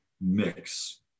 mix